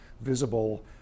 visible